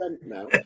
now